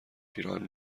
پیراهن